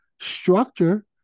structure